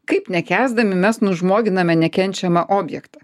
kaip nekęsdami mes nužmoginame nekenčiamą objektą